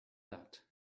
that